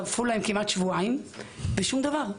חלפו להם כמעט שבועיים ושום דבר,